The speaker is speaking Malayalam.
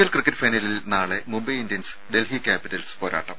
എൽ ക്രിക്കറ്റ് ഫൈനലിൽ നാളെ മുംബൈ ഇന്ത്യൻസ് ഡൽഹി ക്യാപിറ്റൽസ് പോരാട്ടം